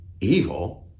evil